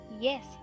Yes